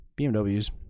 BMWs